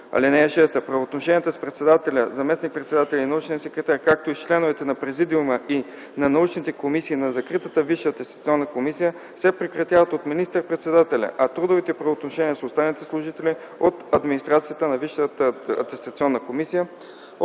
(6) Правоотношенията с председателя, заместник-председателя и научният секретар, както и с членовете на Президиума и на научните комисии на закритата Висша атестационна комисия се прекратяват от министър-председателя, а трудовите правоотношения с останалите служители от администрацията на